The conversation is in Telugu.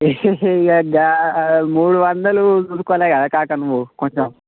మూడు వందలు చూసుకోలే కదా కాకా నువ్వు కొంచెం